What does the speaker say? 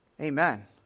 Amen